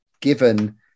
given